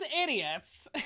idiots